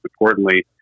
importantly